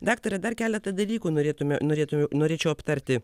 daktare dar keletą dalykų norėtume norėtume norėčiau aptarti